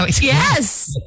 Yes